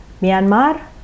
Myanmar